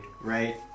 right